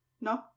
No